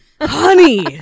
Honey